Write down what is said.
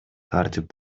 тартип